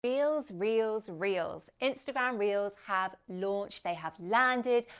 reels, reels, reels! instagram reels have launched, they have landed.